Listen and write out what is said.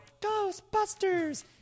Ghostbusters